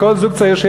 לכל זוג צעיר,